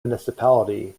municipality